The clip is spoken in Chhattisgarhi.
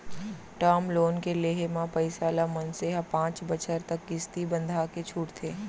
टर्म लोन के लेहे म पइसा ल मनसे ह पांच बछर तक किस्ती बंधाके छूटथे